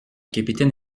capitaine